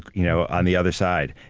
you know, on the other side.